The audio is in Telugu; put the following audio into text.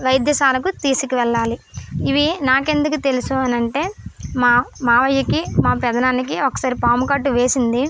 వైద్యశాలకు తీసుకవెళ్ళాలి ఇవి నాకెందుకు తెలుసు అంటే మా మామయ్యకి మా పెద్ద నాన్నకి ఒకసారి పాము కాటు వేసింది